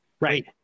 Right